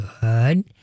Good